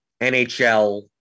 NHL